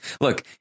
Look